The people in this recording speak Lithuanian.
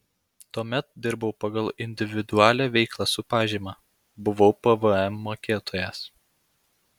tuomet dirbau pagal individualią veiklą su pažyma buvau pvm mokėtojas